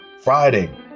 Friday